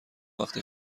وقتی